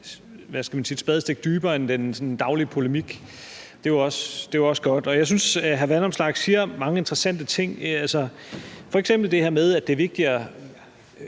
hvad skal man sige, kommer et spadestik dybere end den sådan daglige polemik. Det er jo også godt, og jeg synes, hr. Alex Vanopslagh siger mange interessante ting, f.eks. det her med, at det er vigtigere,